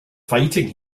fighting